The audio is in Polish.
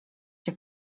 się